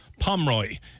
Pomroy